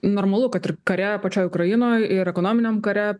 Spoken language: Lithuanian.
normalu kad ir kare pačioj ukrainoj ir ekonominiam kare